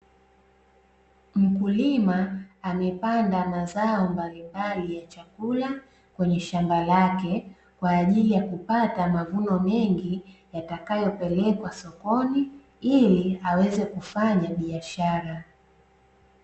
Mkulima amepanda mazao mbalimbali ya chakula kwenye shamba lake, kwa ajili ya kupata mavuno mengi yatakoyopelekwa sokoni ili aweza kufanya biashara.